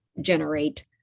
generate